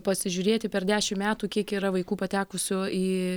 pasižiūrėti per dešim metų kiek yra vaikų patekusių į